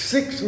Six